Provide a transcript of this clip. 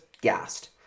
gassed